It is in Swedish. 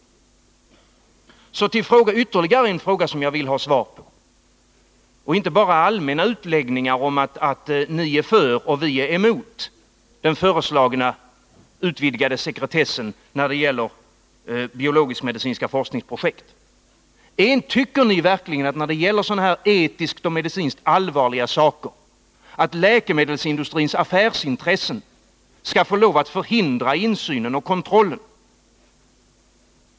165 Så till ytterligare en fråga, som jag vill ha svar på — inte bara allmänna utläggningar om att ni är för och vi emot den föreslagna utvidgade sekretessen när det gäller biologiskmedicinska forskningsprojekt. Tycker ni verkligen att när det gäller sådana här etiskt och medicinskt allvarliga saker skall läkemedelsindustrins affärsintressen få lov att förhindra insynen och kontrollen?